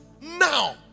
Now